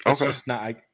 Okay